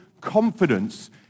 confidence